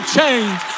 change